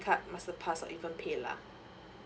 card masterpass or even paylah